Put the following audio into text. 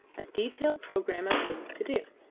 a detailed programme of things to do.